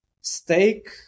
steak